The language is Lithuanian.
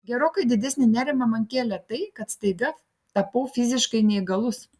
gerokai didesnį nerimą man kėlė tai kad staiga tapau fiziškai neįgalus